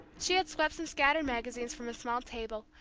she had swept some scattered magazines from a small table,